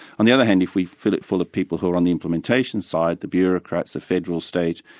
on the other hand, if we fill it full of people who are on the implementation side, the bureaucrats, the federal, state,